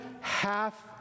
half